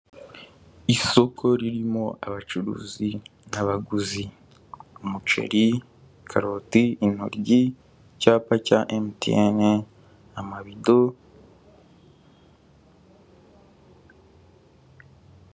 Isoko ririmo abacuruzi n'abaguzi, umuceri, karoti, intoryi, icyapa cya emutiyene, amabido.